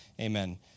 Amen